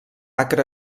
acre